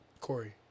Corey